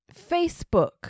Facebook